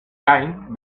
gain